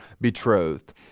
betrothed